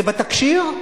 זה בתקשי"ר?